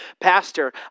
Pastor